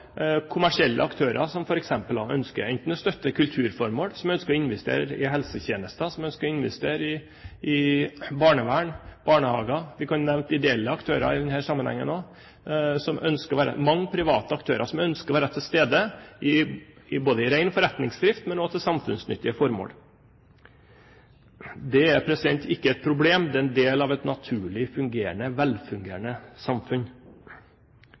kommersielle aktører som f.eks. enten ønsker å støtte kulturformål, som ønsker å investere i helsetjenester, som ønsker å investere i barnevern og barnehager. Vi kunne ha nevnt ideelle aktører i denne sammenhengen også som ønsker å være med. Det er mange private aktører som ønsker å være til stede når det gjelder både ren forretningsdrift og samfunnsnyttige formål. Det er ikke et problem, det er en del av et naturlig velfungerende samfunn.